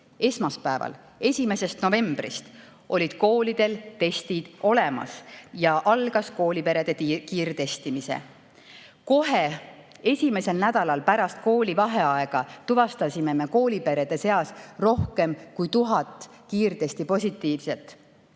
esmaspäeval, 1. novembril olid koolidel testid olemas ja algas kooliperede kiirtestimine. Kohe esimesel nädalal pärast koolivaheaega tuvastasime kiirtestidega kooliperede seas rohkem kui 1000 positiivset.